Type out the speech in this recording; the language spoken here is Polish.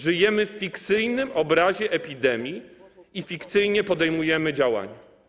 Żyjemy w fikcyjnym obrazie epidemii i fikcyjnie podejmujemy działania.